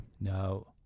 No